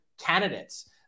candidates